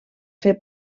fer